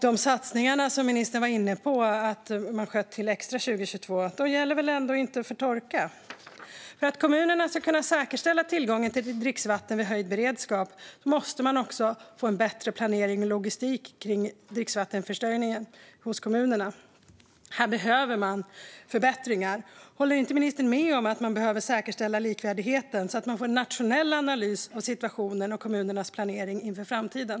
De satsningar som ministern var inne på, att man sköt till extra medel för 2022, gäller väl ändå inte för torka. För att kommunerna ska kunna säkerställa tillgången till dricksvatten vid höjd beredskap måste de få en bättre planering och logistik kring dricksvattenförsörjningen. Här behöver man förbättringar. Håller inte ministern med om att man behöver säkerställa likvärdigheten, så att man får en nationell analys av situationen och kommunernas planering inför framtiden?